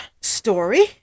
story